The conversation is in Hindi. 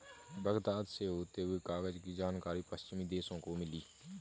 बगदाद से होते हुए कागज की जानकारी पश्चिमी देशों को मिली